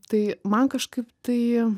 tai man kažkaip tai